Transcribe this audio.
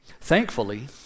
Thankfully